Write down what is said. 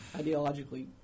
ideologically